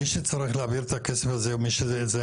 מי שצריך להעביר את הכסף זה הרשות